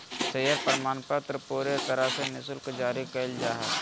share प्रमाणपत्र पूरे तरह से निःशुल्क जारी कइल जा हइ